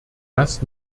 das